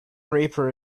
reaper